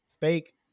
fake